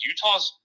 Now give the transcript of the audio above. Utah's